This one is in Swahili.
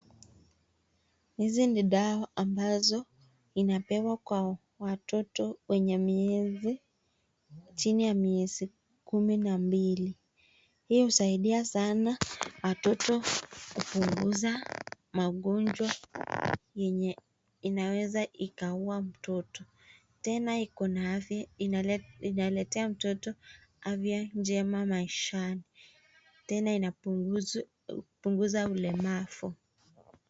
Hizi ni dawa ambazo inapewa kwa watoto wenye miezi, chini ya miezi kumi na mbili. Hii husaidia sanaa watoto kupunguza magonjwa yenye inaweza ikaua mtoto. Tena iko na afia inaletea mtoto afya njema maishani. Tena inapunguza ulemavu.